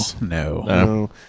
No